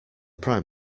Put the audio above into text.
prime